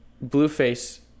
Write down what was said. Blueface